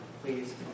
please